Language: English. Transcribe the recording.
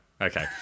Okay